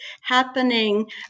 happening